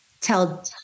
tell